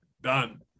Done